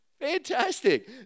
Fantastic